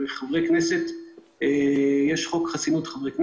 שהרי יש חוק חסינות חברי כנסת,